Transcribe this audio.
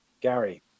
Gary